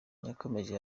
yakomeje